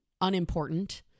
unimportant